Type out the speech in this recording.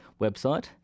website